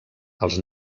els